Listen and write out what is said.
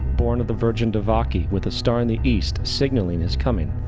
born of the virgin devaki with a star in the east signaling his coming.